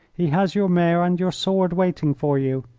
he has your mare and your sword waiting for you.